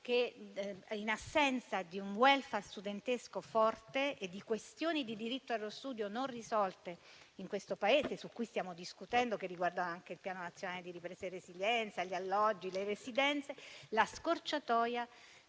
che, in assenza di un *welfare* studentesco forte e di questioni di diritto allo studio non risolte in questo Paese, su cui stiamo discutendo, che riguardano anche il Piano nazionale di ripresa e resilienza, gli alloggi e le residenze, la scorciatoia